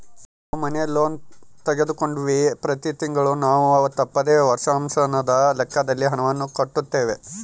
ನಾವು ಮನೆ ಲೋನ್ ತೆಗೆದುಕೊಂಡಿವ್ವಿ, ಪ್ರತಿ ತಿಂಗಳು ನಾವು ತಪ್ಪದೆ ವರ್ಷಾಶನದ ಲೆಕ್ಕದಲ್ಲಿ ಹಣವನ್ನು ಕಟ್ಟುತ್ತೇವೆ